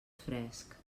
fresc